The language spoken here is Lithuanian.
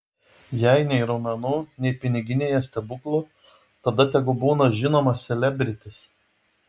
jei nei raumenų nei piniginėje stebuklų tada tegu būna žinomas selebritis